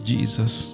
Jesus